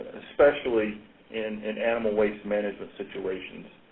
especially in and animal waste management situations.